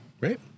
Right